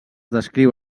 descriu